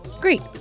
Great